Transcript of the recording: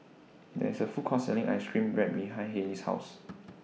There IS A Food Court Selling Ice Cream Bread behind Hailey's House